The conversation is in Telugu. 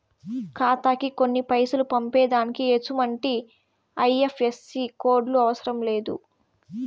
ఖాతాకి కొన్ని పైసలు పంపేదానికి ఎసుమంటి ఐ.ఎఫ్.ఎస్.సి కోడులు అవసరం లే